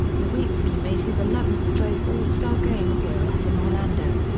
nowitzki made his eleventh straight all-star game appearance in orlando.